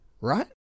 Right